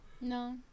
No